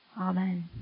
Amen